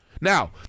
Now